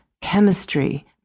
chemistry